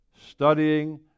studying